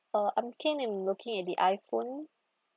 uh I'm keen in looking at the iphone